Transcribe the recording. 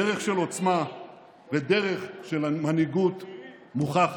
דרך של עוצמה ודרך של מנהיגות מוכחת.